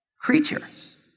creatures